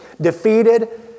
defeated